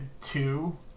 two